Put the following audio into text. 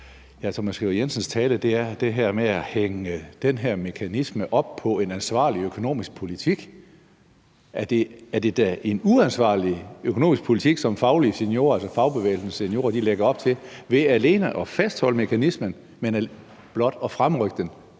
hr. Thomas Skriver Jensens tale, og det er det her med at hænge den her mekanisme op på en ansvarlig økonomisk politik, for det er da en uansvarlig økonomisk politik, som Faglige Seniorer, altså fagbevægelsens seniorer, lægger op til ved at fastholde mekanismen og blot fremrykke den.